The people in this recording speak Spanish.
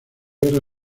guerra